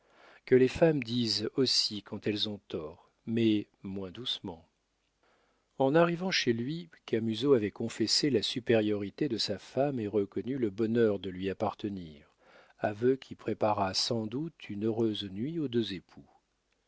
que les femmes disent aussi quand elles ont tort mais moins doucement en arrivant chez lui camusot avait confessé la supériorité de sa femme et reconnu le bonheur de lui appartenir aveu qui prépara sans doute une heureuse nuit aux deux époux